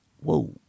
whoa